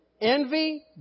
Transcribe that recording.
envy